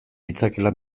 ditzakeela